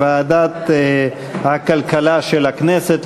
לדיון מוקדם בוועדת הכלכלה נתקבלה.